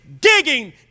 digging